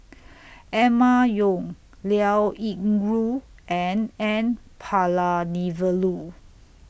Emma Yong Liao Yingru and N Palanivelu